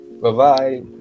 Bye-bye